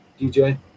dj